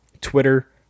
Twitter